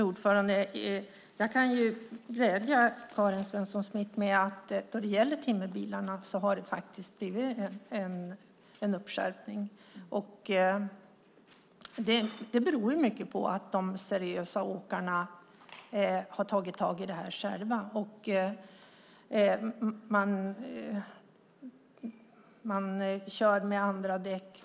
Fru talman! Jag kan glädja Karin Svensson Smith med att det när det gäller timmerbilarna faktiskt har blivit en skärpning. Det beror mycket på att de seriösa åkarna har tagit tag i det här själva. Man kör med andra däck.